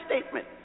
statement